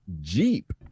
jeep